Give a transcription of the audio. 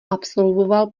absolvoval